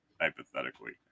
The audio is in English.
Hypothetically